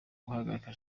guhagarika